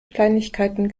kleinigkeiten